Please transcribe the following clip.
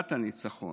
חגיגת הניצחון.